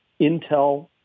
Intel